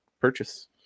purchase